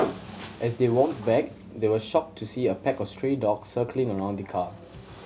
as they walked back they were shocked to see a pack of stray dogs circling around the car